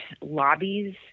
lobbies